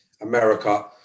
America